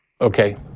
Okay